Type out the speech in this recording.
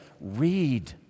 read